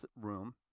room